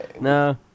No